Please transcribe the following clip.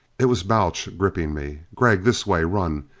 it was balch gripping me. gregg! this way run!